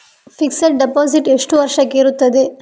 Fixed deposit ಎಷ್ಟು ವರ್ಷಕ್ಕೆ ಇರುತ್ತದೆ?